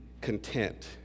content